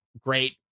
great